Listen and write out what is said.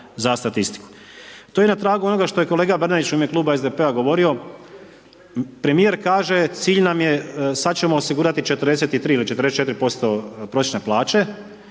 za statistiku.“. To je na tragu onoga što je kolega Bernardić u ime Kluba SDP-a govorio, premijer kaže cilj nam je, sad ćemo osigurati 43 ili 44% prosječne plaće